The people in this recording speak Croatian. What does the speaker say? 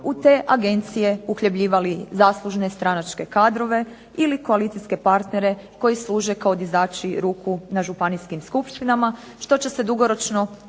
u te agencije uhljebljivali zaslužne stranačke kadrove ili koalicijske partnere koji služe kao dizači ruku na županijskim skupštinama što će se dugoročno